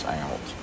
out